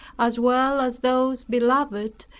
as well as those beloved,